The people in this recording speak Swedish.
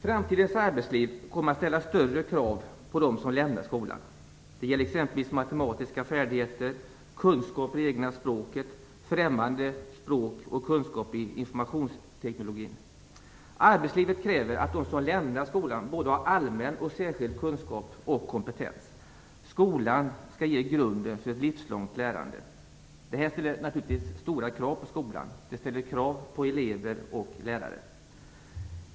Framtidens arbetsliv kommer att ställa större krav på dem som lämnar skolan. Det gäller t.ex. färdigheter i matematik, kunskaper i det egna språket och främmande språk och kunskaper i informationsteknologi. Arbetslivet kräver att de som lämnar skolan har både allmän och särskild kunskap och kompetens. Skolan skall ge grunden för ett livslångt lärande. Det ställer naturligtvis stora krav på skolan. Det ställer krav på elever och lärare.